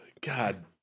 God